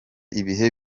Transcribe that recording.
ibihe